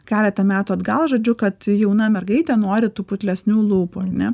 keletą metų atgal žodžiu kad jauna mergaitė nori tų putlesnių lūpų ar ne